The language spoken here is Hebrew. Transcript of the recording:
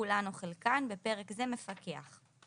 כולן או חלקן (בפרק זה מפקח).